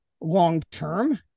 long-term